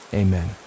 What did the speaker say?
amen